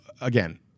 again